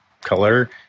color